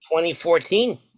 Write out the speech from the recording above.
2014